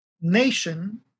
nation